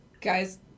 Guys